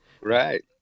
Right